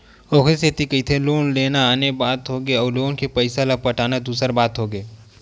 ओखरे सेती कहिथे ना लोन लेना आने बात होगे अउ लोन के पइसा ल पटाना दूसर बात होगे